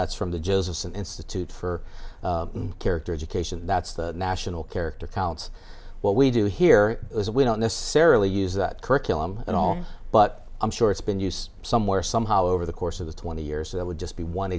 that's from the josephson institute for character education that's the national character counts what we do here is we don't necessarily use that curriculum at all but i'm sure it's been used somewhere somehow over the course of the twenty years that would just be one